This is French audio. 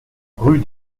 rue